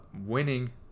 winning